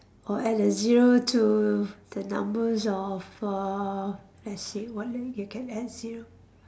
or add a zero to the numbers of uh let's see what you can add zero